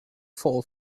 fall